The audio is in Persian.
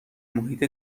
محیط